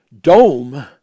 dome